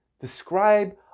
describe